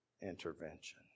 intervention